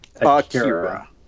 Akira